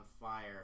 fire